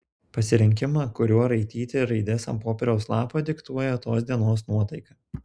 pasirinkimą kuriuo raityti raides ant popieriaus lapo diktuoja tos dienos nuotaika